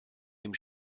dem